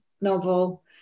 novel